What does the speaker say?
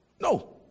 no